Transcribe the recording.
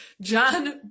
John